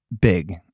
big